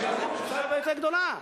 הם יקבלו פרוסה הרבה יותר גדולה.